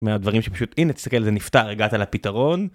מהדברים שפשוט, הנה, תסתכל, זה נפטר, הגעת לפתרון.